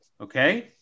Okay